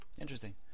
Interesting